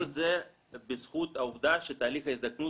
כל זה בזכות העובדה שתהליך ההזדקנות